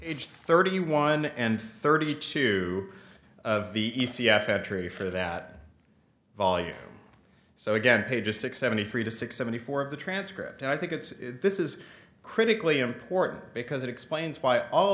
huge thirty one and thirty two of the e c f entry for that volume so again page six seventy three to six seventy four of the transcript and i think it's this is critically important because it explains why all